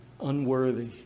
unworthy